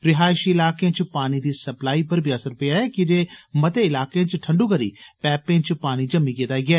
रिहायषी इलाके च पानी दी सप्लाई पर बी असर पेआ ऐ कीजे मते इलाके च ठंडू करी पैंपें च पानी जम्मी गेदा ऐ